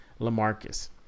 LaMarcus